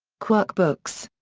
quirk books.